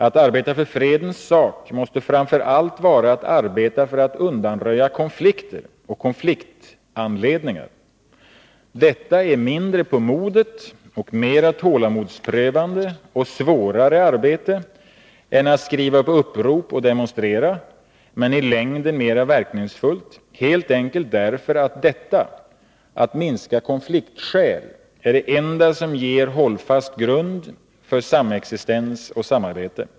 Att arbeta för fredens sak måste framför allt vara att arbeta för att undanröja konflikter och konfliktanledningar. Detta är mindre på modet och ett mer tålamodsprövande och svårare arbete än att skriva på upprop och demonstrera, men i längden mer verkningsfullt, helt enkelt därför att detta att minska konfliktskäl är det enda som ger hållfast grund för samexistens och samarbete.